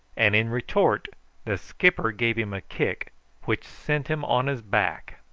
and in retort the skipper gave him a kick which sent him on his back.